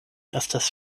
estas